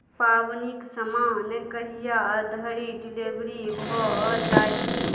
पावनिक सामान कहिया धरि डिलीवरी भऽ जायत